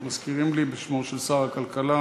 מזכירים לי שהתשובה היא בשמו של שר הכלכלה,